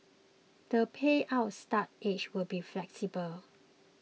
the payout start age will be flexible